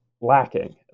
lacking